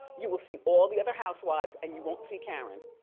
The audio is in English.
you will see all the other housewives and you won't see karen.